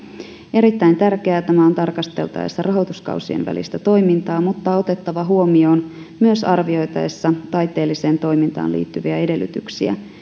erittäin tärkeää tämä on tarkasteltaessa rahoituskausien välistä toimintaa mutta otettava huomioon myös arvioitaessa taiteelliseen toimintaan liittyviä edellytyksiä